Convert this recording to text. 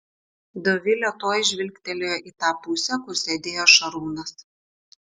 dovilė tuoj žvilgtelėjo į tą pusę kur sėdėjo šarūnas